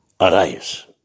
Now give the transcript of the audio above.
arise